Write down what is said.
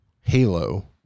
Halo